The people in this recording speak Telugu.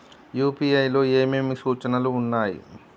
యూ.పీ.ఐ లో ఏమేమి సూచనలు ఉన్నాయి?